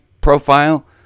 profile